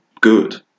good